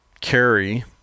carry